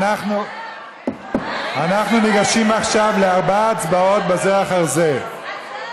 אנחנו ניגשים עכשיו לארבע הצבעות בזו אחר זו.